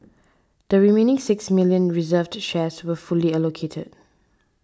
the remaining six million reserved shares were fully allocated